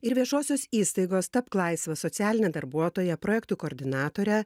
ir viešosios įstaigos tapk laisvas socialine darbuotoja projektų koordinatore